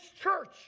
church